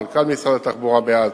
מנכ"ל משרד התחבורה דאז,